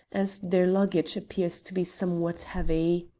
as their luggage appears to be somewhat heavy.